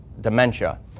dementia